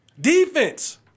Defense